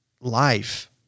life